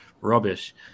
rubbish